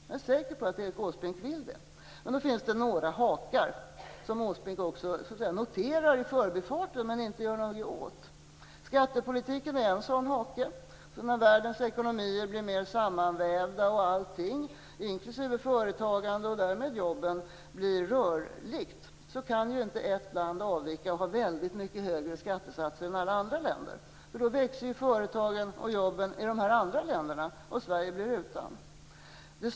Jag är säker på att Erik Åsbrink vill det. Men där finns några hakar, som Åsbrink också noterar i förbifarten men inte gör något åt. Skattepolitiken är en sådan hake. När världens ekonomier blir mer sammanvävda och allting, inklusive företagandet och därmed jobben, blir rörligt, kan inte ett land avvika och ha mycket högre skattesatser än alla andra länder. Då växer företagen och jobben i dessa andra länder och Sverige blir utan.